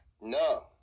No